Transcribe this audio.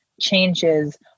changes